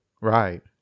Right